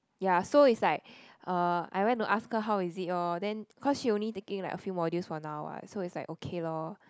ya so it's like uh I went to ask how is it orh then cause she only taking like a few modules for now what so is like okay lor